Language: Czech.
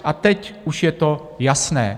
A teď už je to jasné.